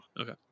okay